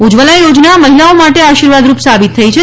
ઉશ્વલા યોજના મહિલાઓ માટે આશીર્વાદરૂપ સાબિત થઇ છે